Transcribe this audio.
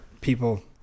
people